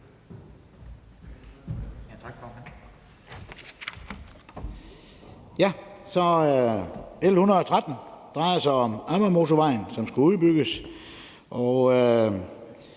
L 113 drejer sig om Amagermotorvejen, som skal udbygges.